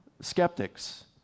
skeptics